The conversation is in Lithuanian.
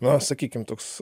na sakykim toks